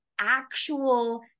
actual